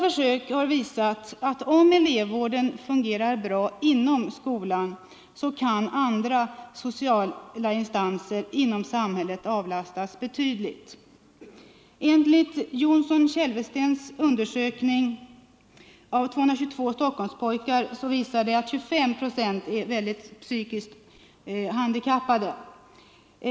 Försöket har visat att om elevvården fungerar bra inom skolan, så kan andra sociala instanser i samhället avlastas betydligt. Jonsson-Kälvestens undersökning av 222 Stockholmspojkar visade att 25 procent av dessa var i behov av psykologisk hjälp.